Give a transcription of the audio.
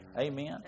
Amen